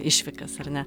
išvykas ar ne